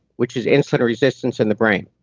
which is insulin resistance in the brain